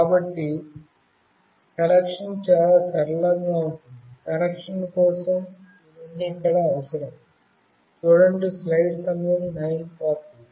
కాబట్టి కనెక్షన్ చాలా సరళంగా ఉంటుంది కనెక్షన్ కోసం ఇవన్నీ ఇక్కడ అవసరం